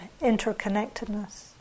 interconnectedness